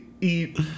eat